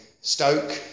Stoke